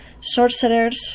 sorcerer's